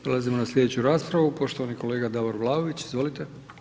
Prelazimo na slijedeću raspravu, poštovani kolega Davor Vlaović, izvolite.